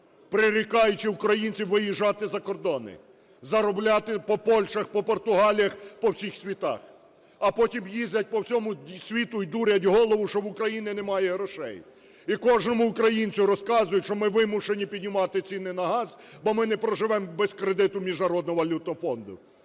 прирікаючи українців виїжджати за кордони, заробляти по Польщах, по Португаліях, по всіх світах. А потім їздять по всьому світу і дурять голову, що в України немає грошей. І кожному українцю розказують, що ми вимушені піднімати ціни на газ, бо ми не проживемо без кредиту Міжнародного валютного фонду.